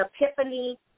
epiphany